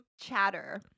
chatter